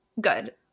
good